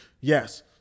Yes